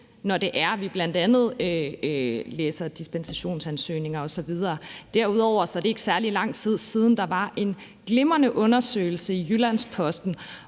nogle ting, når vi bl.a. læser dispensationsansøgninger osv. Derudover er det ikke særlig lang tid siden, at der var en glimrende undersøgelse i Jyllands-Posten,